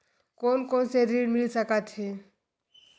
कोन कोन से ऋण मिल सकत हे?